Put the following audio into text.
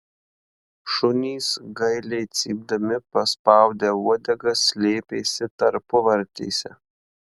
šunys gailiai cypdami paspaudę uodegas slėpėsi tarpuvartėse